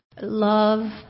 Love